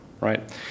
right